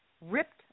ripped